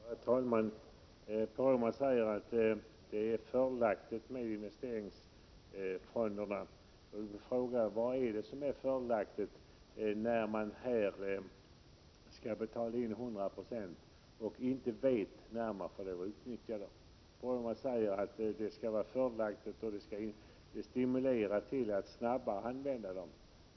Herr talman! Bruno Poromaa säger att det är fördelaktigt med investeringsfonderna. Jag vill då fråga: Vad är det som är fördelaktigt, när man skall betala in 100 96 och inte vet när man får utnyttja medlen? Poromaa säger att det skall stimulera till att snabbare använda medlen.